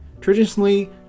Traditionally